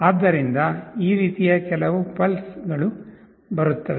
ಆದ್ದರಿಂದ ಈ ರೀತಿಯ ಕೆಲವು ಪಲ್ಸ್ ಗಳು ಬರುತ್ತವೆ